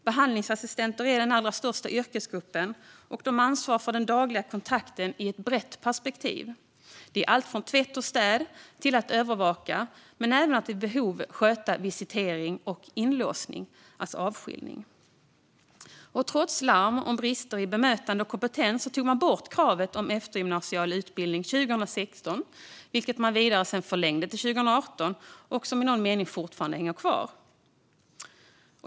Behandlingsassistenter är den allra största yrkesgruppen. De ansvarar för den dagliga kontakten i ett brett perspektiv. Det är allt från tvätt och städ till att övervaka men även vid behov sköta visitering och inlåsning, alltså avskiljning. Trots larm om brister i bemötande och kompetens tog man bort kravet på eftergymnasial utbildning 2016. Förlängning gjordes sedan till 2018, och i någon mening hänger fortfarande detta kvar.